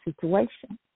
situation